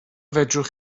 fedrwch